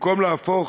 במקום להפוך